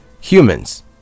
humans